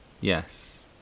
yes